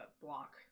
block